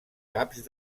caps